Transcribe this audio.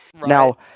Now